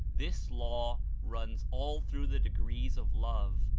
this law runs all through the degrees of love,